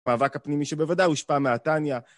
מאבק הפנימי שבוודאו הושפע מהתניא.